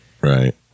right